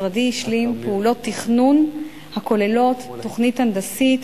משרדי השלים פעולות תכנון הכוללות תוכנית הנדסית,